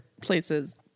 places